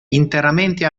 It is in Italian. interamente